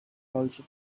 also